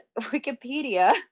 wikipedia